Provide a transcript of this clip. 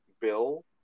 bill